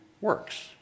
works